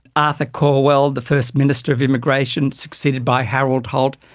arthur calwell, the first minister of immigration, succeeded by harold holt,